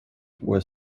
were